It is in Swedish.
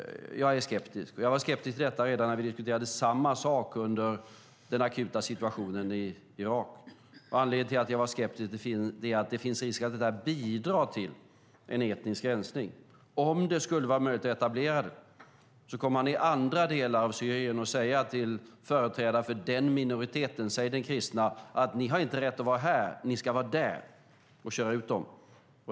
Jag är skeptisk. Jag var skeptisk till detta redan när vi diskuterade samma sak under den akuta situationen i Irak. Anledning till att jag var skeptisk är att det finns risk att det bidrar till en etnisk rensning. Om det skulle vara möjligt att etablera det kommer man i andra delar av Syrien att säga till företrädare för den minoriteten, säg den kristna: Ni har inte rätt att vara här, utan ni ska vara där, och köra ut dem.